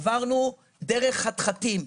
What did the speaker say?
עברנו דרך חתחתים,